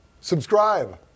Subscribe